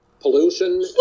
pollution